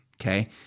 okay